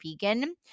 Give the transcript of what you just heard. vegan